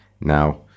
Now